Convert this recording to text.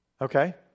Okay